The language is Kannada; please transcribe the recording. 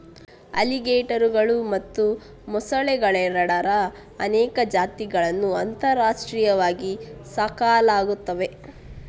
ಅಲಿಗೇಟರುಗಳು ಮತ್ತು ಮೊಸಳೆಗಳೆರಡರ ಅನೇಕ ಜಾತಿಗಳನ್ನು ಅಂತಾರಾಷ್ಟ್ರೀಯವಾಗಿ ಸಾಕಲಾಗುತ್ತದೆ